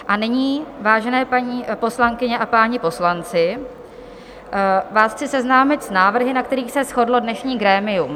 A nyní, vážené paní poslankyně a páni poslanci, vás chci seznámit s návrhy, na kterých se shodlo dnešní grémium.